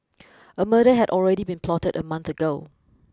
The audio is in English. a murder had already been plotted a month ago